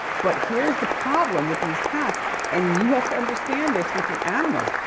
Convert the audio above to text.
but here's the problem with these cats and you have to understand this with your animals.